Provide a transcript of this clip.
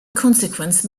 consequence